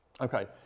Okay